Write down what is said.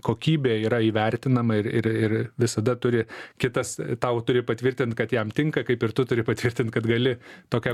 kokybė yra įvertinama ir ir ir visada turi kitas tau turi patvirtint kad jam tinka kaip ir tu turi patvirtint kad gali tokią